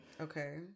Okay